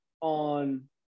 on